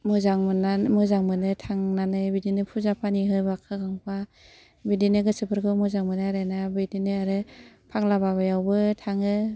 मोजां मोनना मोजां मोनो थांनानै बिदिनो पुजा पानि होबा होखांबा बिदिनो गोसोफोरखौ मोजां मोनो आरोना बैदिनो आरो फाग्लाबाबायावबो थाङो